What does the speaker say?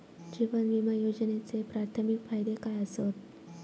जीवन विमा योजनेचे प्राथमिक फायदे काय आसत?